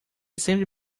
sempre